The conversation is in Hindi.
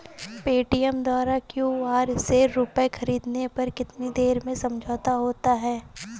पेटीएम द्वारा क्यू.आर से रूपए ख़रीदने पर कितनी देर में समझौता होता है?